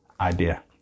idea